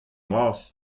bras